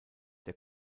der